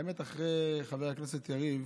האמת, אחרי חבר הכנסת יריב